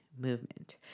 movement